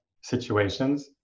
situations